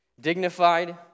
dignified